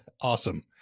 Awesome